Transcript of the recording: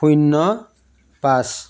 শূন্য পাঁচ